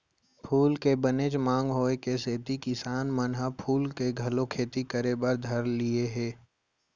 फूल के बनेच मांग होय के सेती किसान मन ह फूल के घलौ खेती करे बर धर लिये हें